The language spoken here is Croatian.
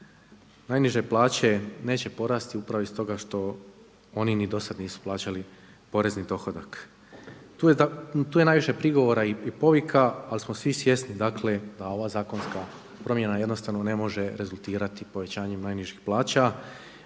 Najniže plaće neće porasti u pravo i stoga što oni ni do sad nisu plaćali porezni dohodak. Tu je najviše prigovora i povika, ali smo svi svjesni, dakle da ova zakonska promjena jednostavno ne može rezultirati povećanjem najnižih plaća.